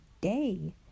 day